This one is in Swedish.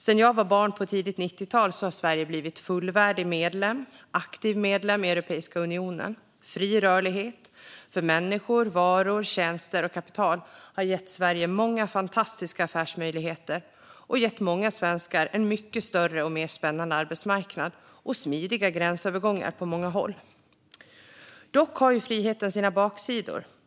Sedan jag var barn på tidigt 90-tal har Sverige blivit fullvärdig och aktiv medlem i Europeiska unionen. Fri rörlighet för människor, varor, tjänster och kapital har gett Sverige många fantastiska affärsmöjligheter och gett många svenskar en mycket större och mer spännande arbetsmarknad. Det har också blivit smidiga gränsövergångar på många håll. Dock har friheten sina baksidor.